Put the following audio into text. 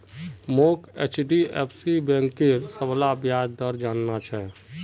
मोक एचडीएफसी बैंकेर सबला ब्याज दर जानना छ